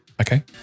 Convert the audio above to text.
Okay